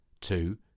two